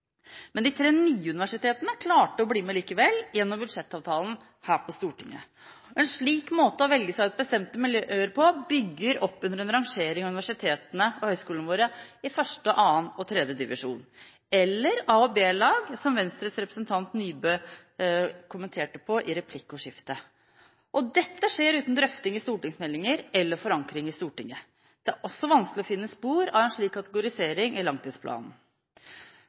Men de tre nye universitetene klarte å bli med likevel gjennom budsjettavtalen her på Stortinget. En slik måte å velge seg ut bestemte miljøer på bygger opp under en rangering av universitetene og høyskolene våre i første, annen og tredje divisjon, eller A- og B-lag, som Venstres representant Nybø kommenterte i replikkordskiftet. Dette skjer uten drøfting i stortingsmeldinger eller forankring i Stortinget. Det er også vanskelig å finne spor av en slik kategorisering i langtidsplanen.